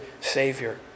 Savior